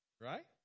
Right